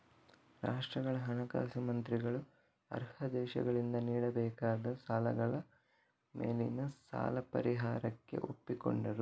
ರಾಷ್ಟ್ರಗಳ ಹಣಕಾಸು ಮಂತ್ರಿಗಳು ಅರ್ಹ ದೇಶಗಳಿಂದ ನೀಡಬೇಕಾದ ಸಾಲಗಳ ಮೇಲಿನ ಸಾಲ ಪರಿಹಾರಕ್ಕೆ ಒಪ್ಪಿಕೊಂಡರು